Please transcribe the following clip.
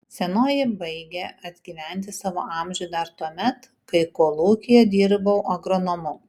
senoji baigė atgyventi savo amžių dar tuomet kai kolūkyje dirbau agronomu